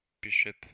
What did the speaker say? Bishop